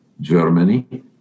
Germany